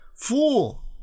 Fool